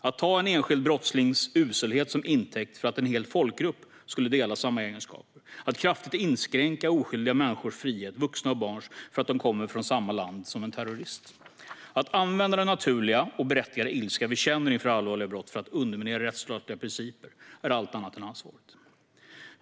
Att ta en enskild brottslings uselhet som intäkt för att en hel folkgrupp skulle dela samma egenskaper, att kraftigt inskränka oskyldiga människors - vuxnas och barns - frihet för att de kommer från samma land som en terrorist och att använda den naturliga och berättigade ilska vi känner inför allvarliga brott för att underminera rättsstatliga principer är allt annat än ansvarsfullt.